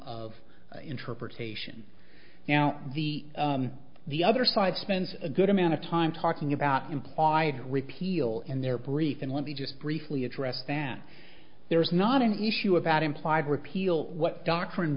of interpretation now the the other side spends a good amount of time talking about implied repeal and their brief and let me just briefly address that there's not an issue about implied repeal what doctrine